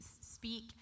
speak